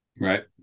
Right